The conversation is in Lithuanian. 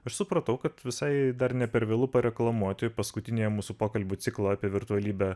aš supratau kad visai dar ne per vėlu pareklamuoti paskutiniąją mūsų pokalbių ciklą apie virtualybę